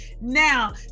Now